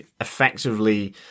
effectively